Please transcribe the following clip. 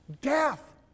death